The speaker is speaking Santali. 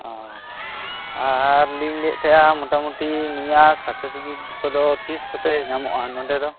ᱚ ᱟᱨ ᱞᱤᱧ ᱞᱟᱹᱭᱮᱫ ᱛᱟᱦᱮᱱᱟ ᱢᱳᱴᱟ ᱢᱩᱴᱤ ᱩᱱᱤᱭᱟᱜ ᱥᱟᱨᱴᱤᱯᱷᱤᱠᱮᱴ ᱠᱚᱫᱚ ᱛᱤᱥ ᱠᱚᱛᱮ ᱧᱟᱢᱚᱜᱼᱟ ᱱᱚᱰᱮ ᱫᱚ